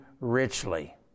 richly